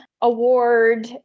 Award